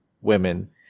women